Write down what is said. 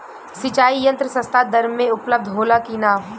सिंचाई यंत्र सस्ता दर में उपलब्ध होला कि न?